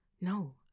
No